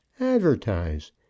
advertise